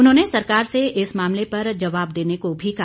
उन्होंने सरकार से इस मामले पर जबाब देने को भी कहा